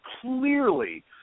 clearly